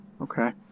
Okay